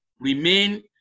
remain